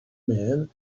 man